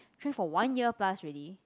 train for one year plus already